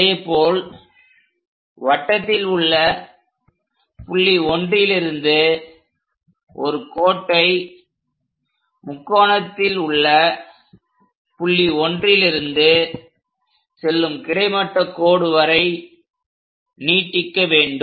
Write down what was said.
அதேபோல் வட்டத்தில் உள்ள புள்ளி 1லிருந்து ஒரு கோட்டை முக்கோணத்தில் உள்ள புள்ளி 1லிருந்து செல்லும் கிடைமட்ட கோடு வரை நீட்டிக்க வேண்டும்